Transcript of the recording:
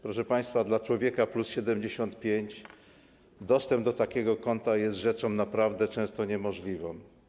Proszę państwa, dla człowieka w wieku 75+ dostęp do takiego konta jest rzeczą naprawdę często niemożliwą.